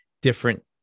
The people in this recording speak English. different